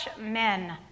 men